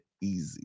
easy